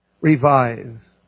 revive